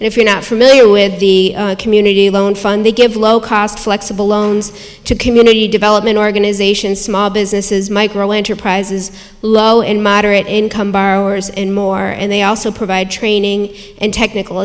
m if you're not familiar with the community loan fund they give low cost flexible loans to community development organizations small businesses micro enterprises low and moderate income borrowers and more and they also provide training and technical